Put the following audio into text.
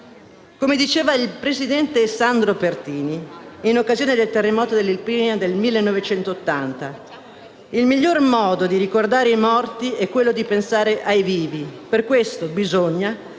Come disse Sandro Pertini in occasione del terremoto dell'Irpinia del 1980, «il miglior modo di ricordare i morti è quello di pensare ai vivi». Per questo motivo